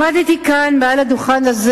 הכול זז בזמנכם.